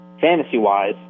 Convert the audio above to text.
fantasy-wise